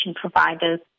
providers